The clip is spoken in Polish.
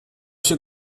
się